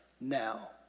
Now